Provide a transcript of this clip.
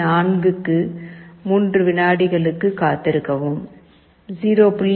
4 க்கு 3 வினாடிகளுக்கு காத்திருக்கவும் 0